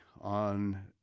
on